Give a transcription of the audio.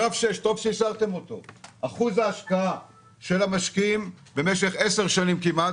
שמראה שאחוז ההשקעה של המשקיעים במשך 10 שנים כמעט,